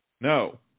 No